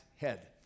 head